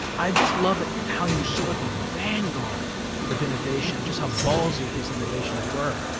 i just love it, how he was so at the vanguard of innovation, and just how ballsy his innovations were.